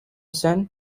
sun